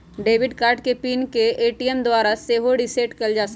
debit card के PIN के ATM द्वारा सेहो रीसेट कएल जा सकै छइ